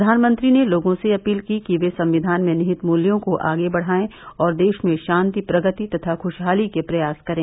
प्रधानमंत्री ने लोगों से अपील की कि वे संविधान में निहित मूल्यों को आगे बढ़ायें और देश में शांति प्रगति तथा खुशहाली के प्रयास करें